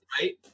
right